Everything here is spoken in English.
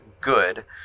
good